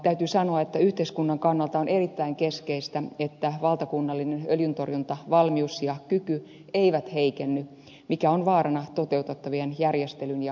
täytyy sanoa että yhteiskunnan kannalta on erittäin keskeistä että valtakunnallinen öljyntorjuntavalmius ja kyky eivät heikenny mikä on vaarana toteutettavan järjestelyn ja lakimuutosten seurauksena